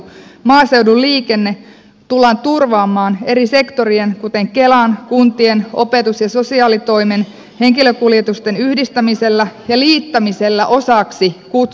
maaseudun liikenne tullaan turvaamaan eri sektorien kuten kelan kuntien opetus ja sosiaalitoimen henkilökuljetusten yhdistämisellä ja liittämisellä osaksi kutsujoukkoliikennettä